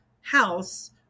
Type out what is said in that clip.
house